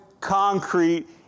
concrete